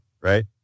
right